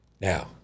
Now